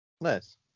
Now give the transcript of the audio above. Nice